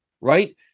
right